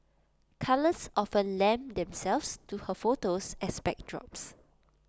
colours often lend themselves to her photos as backdrops